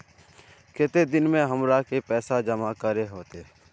केते दिन में हमरा के पैसा जमा करे होते?